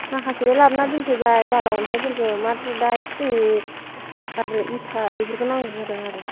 माखासेखौ लाबोना दोनफैबाय बाला अन्थाइफोरखौ मात्र' दा बे सिमेन्ट आरो इथा बेफोरखौ नांगौ जादों आरो